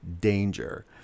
danger